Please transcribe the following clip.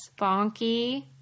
bonky